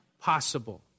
possible